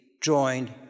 joined